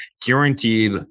guaranteed